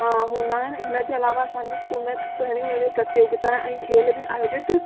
हूंदा आहिनि इनजे अलावा असांजो स्कूल में घणियूं अहिड़ी प्रतियोगिता ऐं खेल बि आयोजित